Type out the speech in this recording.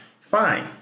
Fine